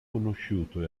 conosciuto